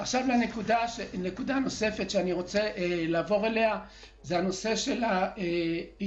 נקודה נוספת שאני רוצה לעבור אליה היא הנושא של הפיצוי.